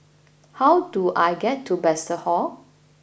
how do I get to Bethesda Hall